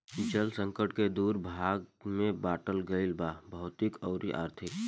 जल संकट के दू भाग में बाटल गईल बा भौतिक अउरी आर्थिक